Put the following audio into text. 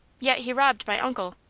yet he robbed my uncle.